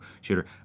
shooter